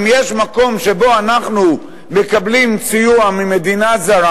אם יש מקום שבו אנחנו מקבלים סיוע ממדינה זרה,